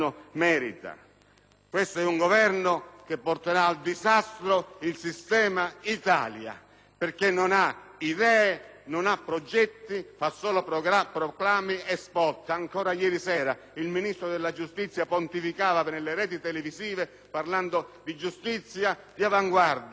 Questo è un Governo che porterà al disastro il sistema Italia, perché non ha idee, non ha progetti, fa solo proclami e *spot*. Ancora ieri sera il Ministro della giustizia pontificava nelle reti televisive, parlando di giustizia di avanguardia, di interventi